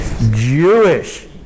Jewish